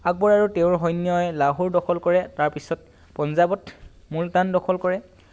আকবৰ আৰু তেওঁৰ সৈন্যই লাহোৰ দখল কৰে আৰু তাৰপিছত পঞ্জাৱত মুলতান দখল কৰে